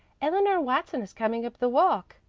eleanor watson is coming up the walk.